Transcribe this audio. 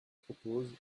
propose